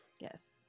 Yes